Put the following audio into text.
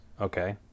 Okay